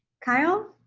kyle?